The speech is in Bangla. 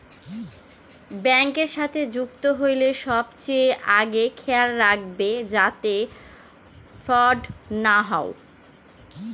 ব্যাঙ্কের সাথে যুক্ত হইলে সবচেয়ে আগে খেয়াল রাখবে যাতে ফ্রড না হয়